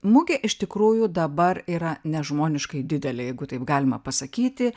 mugė iš tikrųjų dabar yra nežmoniškai didelė jeigu taip galima pasakyti